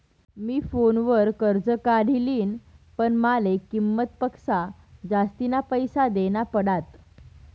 मी फोनवर कर्ज काढी लिन्ह, पण माले किंमत पक्सा जास्तीना पैसा देना पडात